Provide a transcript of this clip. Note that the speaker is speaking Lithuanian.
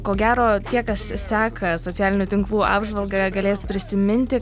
ko gero tie kas seka socialinių tinklų apžvalgą galės prisiminti